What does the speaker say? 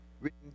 written